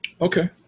okay